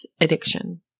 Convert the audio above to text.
addiction